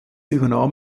übernahm